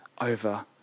over